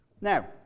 Now